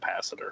capacitor